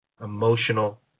emotional